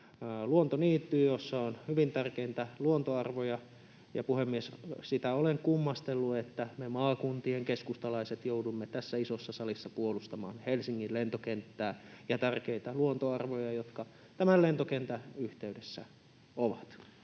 luontoniitty, jossa on hyvin tärkeitä luontoarvoja. Ja, puhemies, sitä olen kummastellut, että me maakuntien keskustalaiset joudumme tässä isossa salissa puolustamaan Helsingin lentokenttää ja tärkeitä luontoarvoja, jotka tämän lentokentän yhteydessä ovat.